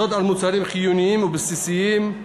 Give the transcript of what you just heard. על מוצרים חיוניים ובסיסיים,